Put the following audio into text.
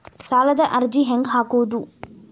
ಸಾಲದ ಅರ್ಜಿ ಹೆಂಗ್ ಹಾಕುವುದು?